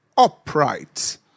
Upright